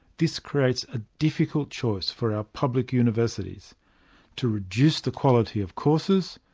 this creates a difficult choice for our public universities to reduce the quality of courses,